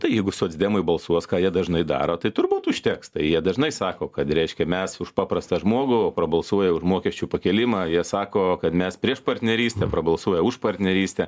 tai jeigu socdemai balsuos ką jie dažnai daro tai turbūt užteks tai jie dažnai sako kad reiškia mes už paprastą žmogų balsuoja už mokesčių pakėlimą jie sako kad mes prieš partnerystę prabalsuoja už partnerystę